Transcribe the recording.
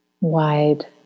wide